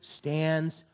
stands